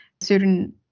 certain